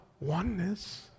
oneness